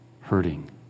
hurting